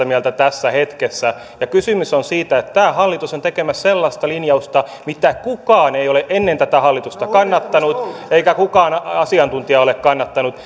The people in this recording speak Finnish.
mieltä tässä hetkessä kysymys on siitä että tämä hallitus on tekemässä sellaista linjausta mitä kukaan ei ole ennen tätä hallitusta kannattanut eikä kukaan asiantuntija ole kannattanut